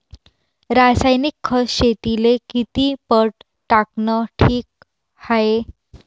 रासायनिक खत शेतीले किती पट टाकनं ठीक हाये?